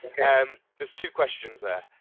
um there's two questions there.